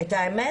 האמת?